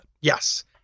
Yes